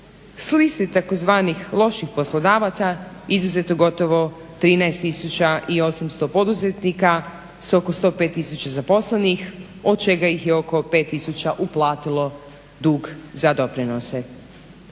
liste tzv. loših poslodavaca izuzeto gotovo 13800 poduzetnika s oko 105000 zaposlenih od čega ih je oko 5000 uplatilo dug za doprinose.